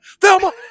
Thelma